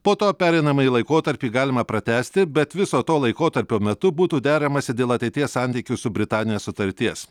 po to pereinamąjį laikotarpį galima pratęsti bet viso to laikotarpio metu būtų deramasi dėl ateities santykių su britanija sutarties